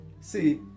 See